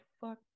fuck